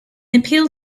appeal